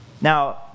Now